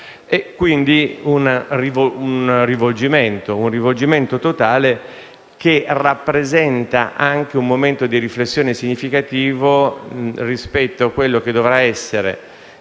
di un rivolgimento totale, che rappresenta anche un momento di riflessione significativo rispetto a ciò che dovrà essere,